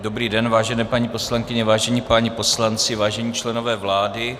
Dobrý den, vážené paní poslankyně, vážení páni poslanci, vážení členové vlády.